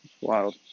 Wild